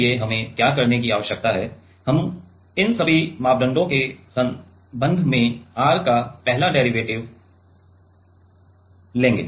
इसके लिए हमें क्या करने की आवश्यकता है हमें इन सभी मापदंडों के संबंध में R का पहला डेरीवेटिव लेने की आवश्यकता है